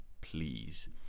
please